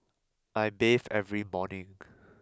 I bathe every morning